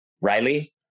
Riley